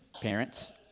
parents